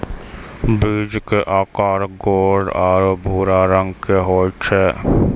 बीज के आकार गोल आरो भूरा रंग के होय छै